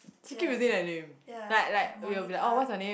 she keep using that name like like we'll be like oh what's your name